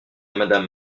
madame